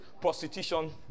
prostitution